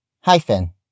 Hyphen